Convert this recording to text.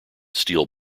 steel